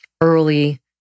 early